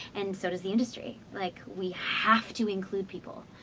and so does the industry. like we have to include people.